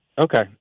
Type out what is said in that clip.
Okay